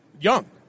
young